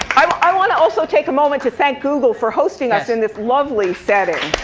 um i want to also take a moment to thank google for hosting us in this lovely setting.